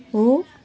हो